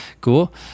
cool